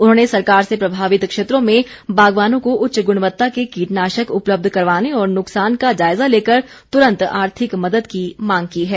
उन्होंने सरकार से प्रभावित क्षेत्रों में बागवानों को उच्च गुणवत्ता के कीटनाशक उपलब्ध करवाने और नुकसान का जायज़ा लेकर तुरंत आर्थिक मदद की मांग की है